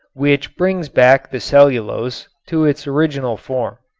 which brings back the cellulose to its original form.